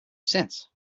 since